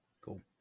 Cool